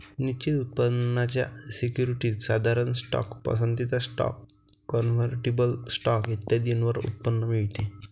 निश्चित उत्पन्नाच्या सिक्युरिटीज, साधारण स्टॉक, पसंतीचा स्टॉक, कन्व्हर्टिबल स्टॉक इत्यादींवर उत्पन्न मिळते